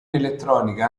elettronica